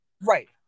right